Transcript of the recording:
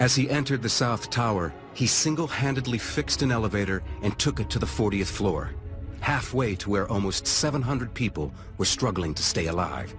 as he entered the south tower he single handedly fixed an elevator and took it to the fortieth floor half way to where almost seven hundred people were struggling to stay alive